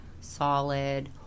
solid